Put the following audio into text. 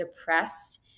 depressed